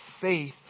faith